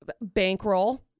bankroll